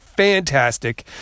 Fantastic